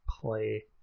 play